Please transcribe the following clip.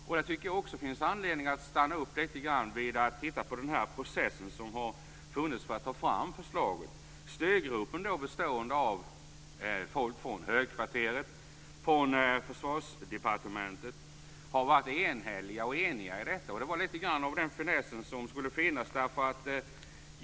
Jag tycker att det finns anledning att stanna upp lite grann och titta på den process som funnits för att ta fram förslaget. Styrgruppen, bestående av folk från Högkvarteret, från Försvarsdepartementet, har varit eniga i detta. Det var lite grann av den finess som skulle finnas.